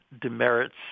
demerits